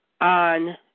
on